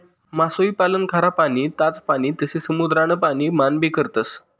मासोई पालन खारा पाणी, ताज पाणी तसे समुद्रान पाणी मान भी करतस